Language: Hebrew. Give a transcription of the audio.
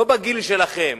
לא בגיל שלכם,